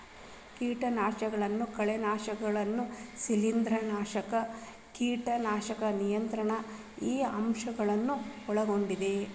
ಕೇಟನಾಶಕಗಳನ್ನು ಕಳೆನಾಶಕ ಶಿಲೇಂಧ್ರನಾಶಕ ಕೇಟನಾಶಕ ನಿಯಂತ್ರಣ ಈ ಅಂಶ ಗಳನ್ನು ಒಳಗೊಂಡಿದೆ